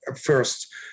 first